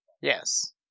Yes